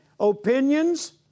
opinions